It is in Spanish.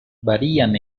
varían